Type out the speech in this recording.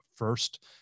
first